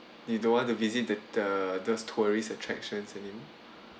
you don't want to visit the the the tourist attractions you mean